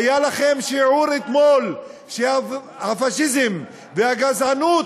היה לכם שיעור אתמול שהפאשיזם והגזענות,